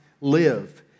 live